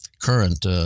current